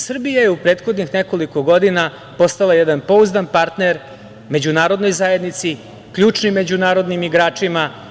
Srbija je u prethodnih nekoliko godina postala jedan pouzdan partner međunarodnoj zajednici, ključnim međunarodnim igračima.